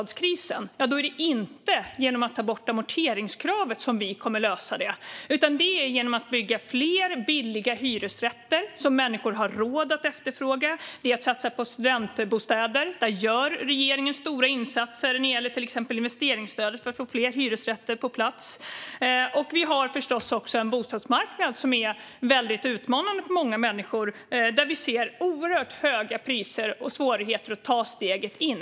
Det är inte genom att ta bort amorteringskravet som vi kommer att lösa bostadskrisen, utan genom att bygga fler billiga hyresrätter som människor har råd att efterfråga och genom att satsa på studentbostäder. Regeringen gör stora insatser med till exempel investeringsstödet för att få fler hyresrätter på plats. Vi har förstås en bostadsmarknad som är väldigt utmanande för många människor. Det är oerhört höga priser och svårigheter att ta steget in.